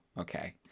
Okay